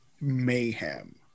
mayhem